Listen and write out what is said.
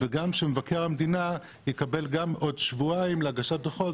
ושגם מבקר המדינה יקבל עוד שבועיים להגשת דוחות.